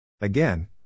Again